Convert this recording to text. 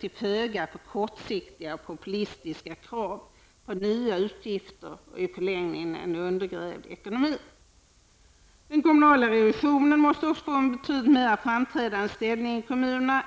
till föga för kortsiktiga och populistiska krav på nya utgifter, något som i förlängningen leder till en undergrävd ekonomi. Den kommunala revisionen måste också få en betydligt mer framträdande ställning i kommunerna.